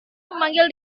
memanggil